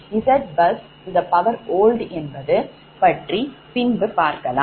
Zbusold என்பது பற்றி பின்பு பார்க்கலாம்